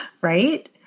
right